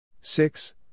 six